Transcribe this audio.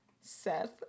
Seth